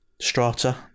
strata